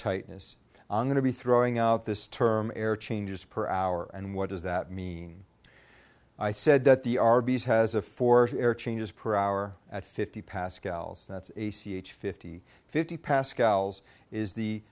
tightness i'm going to be throwing out this term air changes per hour and what does that mean i said that the arby's has a fourth air changes per hour at fifty pascals that's a c h fifty fifty pascals is the